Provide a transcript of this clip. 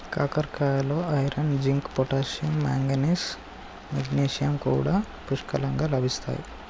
కాకరకాయలో iron, zinc, potassium, manganese, magnesium కూడా పుష్కలంగా లభిస్తాయి